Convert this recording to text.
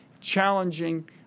challenging